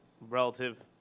relative